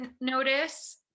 notice